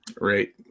Right